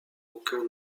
aucun